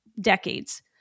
decades